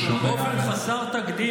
באופן חסר תקדים,